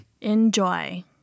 Enjoy